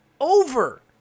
over